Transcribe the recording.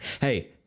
Hey